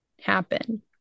happen